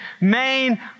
main